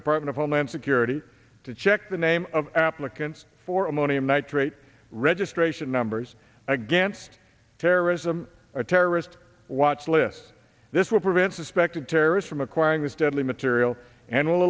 department of homeland security to check the name of applicants for ammonium nitrate registration numbers against terrorism a terrorist watch list this will prevent suspected terrorist from acquiring this deadly material and will